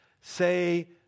say